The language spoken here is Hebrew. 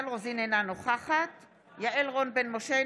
אינה נוכחת יעל רון בן משה,